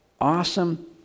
Awesome